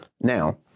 Now